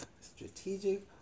strategic